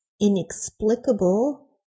inexplicable